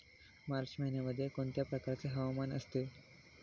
मार्च महिन्यामध्ये कोणत्या प्रकारचे हवामान असते?